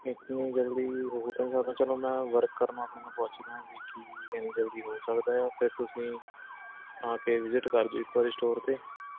ਇਤਨੀ ਜਲਦੀ ਹੋ ਤਾਂ ਨਹੀਂ ਸਕਦਾ ਚੱਲੋ ਮੈਂ ਵਰਕਰ ਨੂੰ ਆਪਣੇ ਨੂੰ ਪੁੱਛਦਾ ਹੈ ਵੀ ਕੀ ਇੰਨੀ ਜਲਦੀ ਹੋ ਸਕਦਾ ਹੈ ਫਿਰ ਤੁਸੀਂ ਆ ਕੇ ਵਿਜੀਟ ਕਰ ਜਾਇਓ ਇੱਕ ਵਾਰੀ ਸਟੋਰ 'ਤੇ